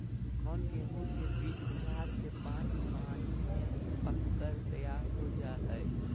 कौन गेंहू के बीज चार से पाँच पानी में पक कर तैयार हो जा हाय?